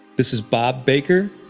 this is bob baker.